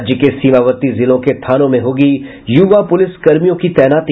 राज्य के सीमावर्ती जिलों के थानों में होगी युवा पुलिस कर्मियों की तैनाती